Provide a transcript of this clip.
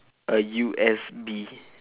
A U_S_B